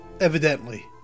Evidently